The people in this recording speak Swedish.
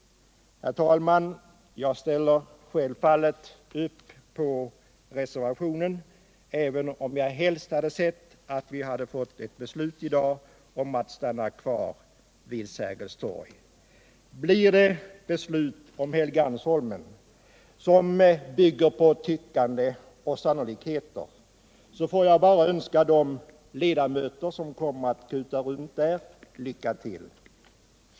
Herr talman! Jag ställer självfallet upp på reservationen —- även om jag helst hade sett att vi hade fått ett beslut i dag om att stanna kvar vid Sergels torg. Blir det beslut om Helgeandsholmen, som bygger på tyckande och sannolikheter, får jag bara önska de ledamöter som kommer att kuta runt där lycka till.